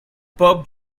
pup